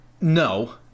no